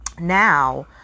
now